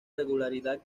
regularidad